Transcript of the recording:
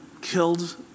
killed